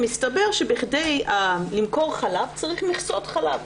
מסתבר שכדי למכור חלב צריך מכסות חלב.